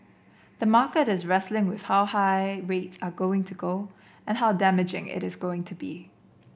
the market is wrestling with how high rates are going to go and how damaging it is going to be